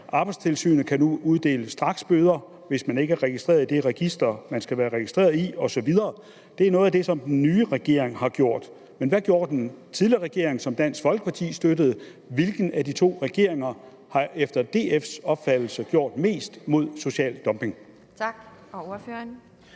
Arbejdstilsynet kan nu uddele straksbøder, hvis man ikke er registreret i det register, som man skal være registreret i osv. Det er noget af det, som den nye regering har gjort. Men hvad gjorde den tidligere regering, som Dansk Folkeparti støttede? Hvilken af de to regeringer har efter DF's opfattelse gjort mest mod social dumping? Kl. 11:47 Anden